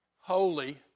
holy